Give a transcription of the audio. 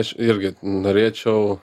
aš irgi norėčiau